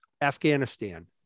Afghanistan